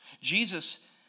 Jesus